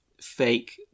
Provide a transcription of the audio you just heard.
fake